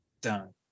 Done